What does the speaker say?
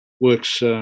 works